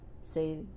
say